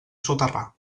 soterrar